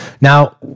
Now